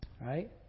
Right